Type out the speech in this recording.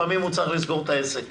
לפעמים הם צריכים לסגור את העסק.